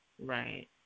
Right